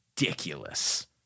ridiculous